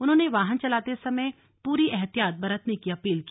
उन्होंने वाहन चलाते समय पूरी एहतियात बरतने की अपील की